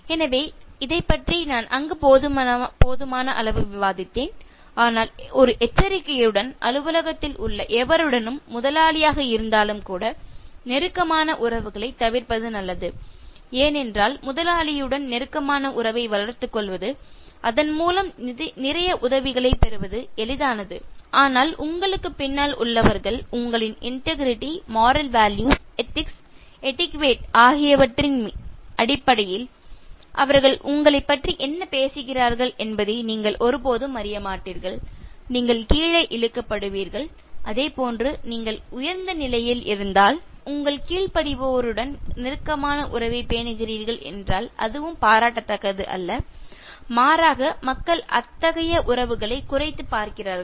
எனவே இதைப் பற்றி நான் அங்கு போதுமான அளவு விவாதித்தேன் ஆனால் ஒரு எச்சரிக்கையுடன் அலுவலகத்தில் உள்ள எவருடனும் முதலாளியாக இருந்தாலும் கூட நெருக்கமான உறவுகளைத் தவிர்ப்பது நல்லது ஏனென்றால் முதலாளியுடன் நெருக்கமான உறவை வளர்த்துக் கொள்வது அதன்மூலம் நிறைய உதவிகளைப் பெறுவது எளிதானது ஆனால் உங்களுக்குப் பின்னால் உள்ளவர்கள் உங்களின் integrity moral values ethics etiquette integrity moral values ethics etiquette ஆகியவற்றின் அடிப்படையில் அவர்கள் உங்களைப் பற்றி என்ன பேசுகிறார்கள் என்பதை நீங்கள் ஒருபோதும் அறியமாட்டீர்கள் நீங்கள் கீழே இழுக்க படுவீர்கள் அதேபோன்று நீங்கள் உயர்ந்த நிலையில் இருந்தால் உங்கள் கீழ்படிவோருடன் நெருக்கமான உறவைப் பேணுகிறீர்கள் என்றால் அதுவும் பாராட்டத்தக்கது அல்ல மாறாக மக்கள் அத்தகைய உறவுகளை குறைத்துப் பார்க்கிறார்கள்